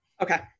Okay